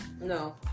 No